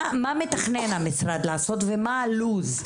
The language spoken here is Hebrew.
מה מתכנן המשרד לעשות, ומה הלו"ז?